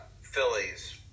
Phillies